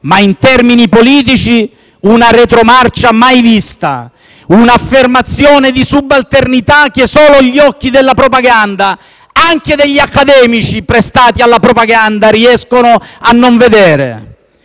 e, in termini politici, una retromarcia mai vista; un'affermazione di subalternità che solo gli occhi della propaganda, anche degli accademici prestati alla propaganda, riescono a non vedere.